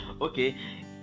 Okay